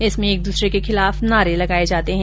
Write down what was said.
इसमें एक दूसरे के खिलाफ नारे लगाये जाते है